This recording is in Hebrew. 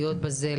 להיות בזה,